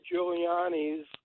Giuliani's